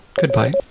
Goodbye